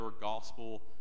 gospel